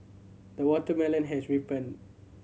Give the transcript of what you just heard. the watermelon has ripened